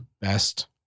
best